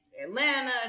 Atlanta